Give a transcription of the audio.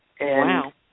Wow